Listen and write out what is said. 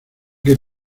que